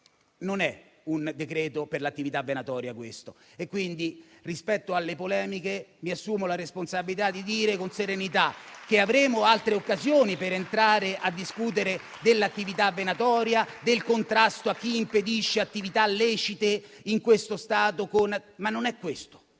non è un decreto per l'attività venatoria e quindi, rispetto alle polemiche, mi assumo la responsabilità di dire con serenità che avremo altre occasioni per discutere nel merito dell'attività venatoria, del contrasto a chi impedisce attività lecite in questo Stato, ma non è questo